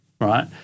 Right